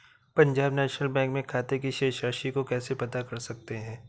Punjab National Bank में खाते की शेष राशि को कैसे पता कर सकते हैं?